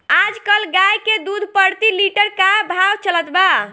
आज कल गाय के दूध प्रति लीटर का भाव चलत बा?